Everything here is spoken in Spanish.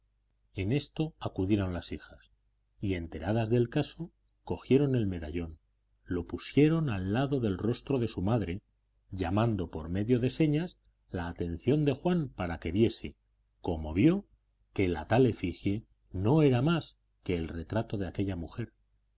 en esto acudieron las hijas y enteradas del caso cogieron el medallón lo pusieron al lado del rostro de su madre llamando por medio de señas la atención de juan para que viese como vio que la tal efigie no era más que el retrato de aquella mujer